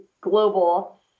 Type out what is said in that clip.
global